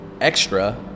extra